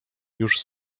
już